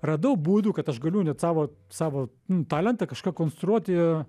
radau būdų kad aš galiu net savo savo talentą kažką konstruoti